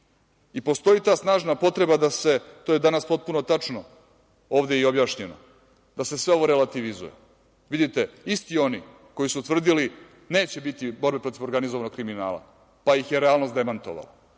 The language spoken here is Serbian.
krivi. Postoji ta snažna potreba, to je danas potpuno tačno ovde i objašnjeno, da se sve ovo relativizuje. Vidite, isti oni koji su tvrdili – neće biti borbe protiv organizovanog kriminala, pa ih je realnost demantovala,